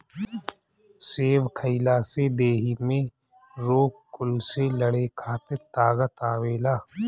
सेब खइला से देहि में रोग कुल से लड़े खातिर ताकत आवेला